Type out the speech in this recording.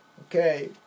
okay